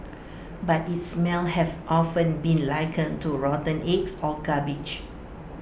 but its smell have often been likened to rotten eggs or garbage